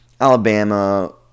Alabama